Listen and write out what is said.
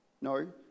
No